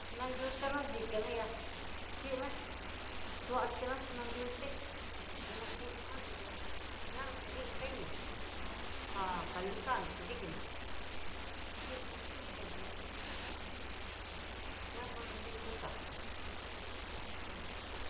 Nayute nadiki nayá xhina chí na nanyuté, teñakiñana dikiná xhian na nrí peine já kalixanró kudikinró chindo chin kudikinró nandó ña kuannrí kuka.